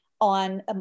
on